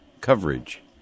coverage